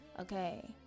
okay